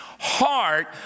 heart